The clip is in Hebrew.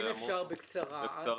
אם אפשר בקצרה.